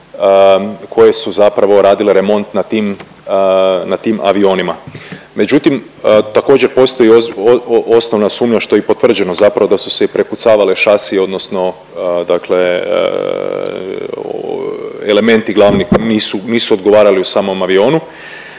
koje su zapravo radile remont na tim avionima. Međutim, također postoji osnovna sumnja što je i potvrđeno zapravo da su se i prepucavale šasije, odnosno dakle elementi glavni nisu odgovarali u samom avionu,